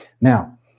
Now